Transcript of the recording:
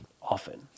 Often